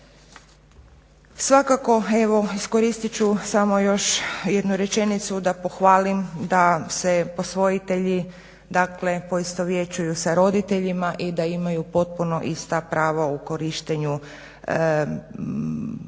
Svakako evo iskoristit ću samo još jednu rečenicu da pohvalim da se posvojitelji poistovjećuju sa roditeljima i da imaju potpuno ista prava u korištenju potpora.